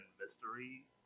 mystery